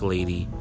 Lady